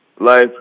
life